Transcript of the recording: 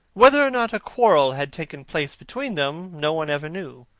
whether or not a quarrel had taken place between them no one ever knew.